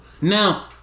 Now